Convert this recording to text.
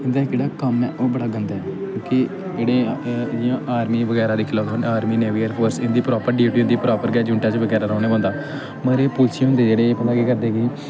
इं'दा इक जेह्ड़ा कम्म ऐ ओह् बड़ा गंदा ऐ कि इ'नें जि'यां आर्मी बगैरा दिक्खी लैओ तुस आर्मी नेवी एयरफोर्स इं'दी प्रापर ड्यूटी होंदी प्रापर गै जूनटा च बकायदा रौह्ना पौंदा मगर एह् पुलसियें होंदे जेह्ड़े एह् पता केह् करदे कि